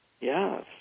yes